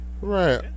right